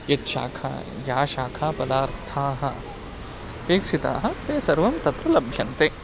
यत् शाखा या शाखापदार्थाः अपेक्षिताः ते सर्वं तत्र लभ्यन्ते